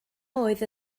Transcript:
oedd